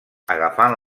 agafant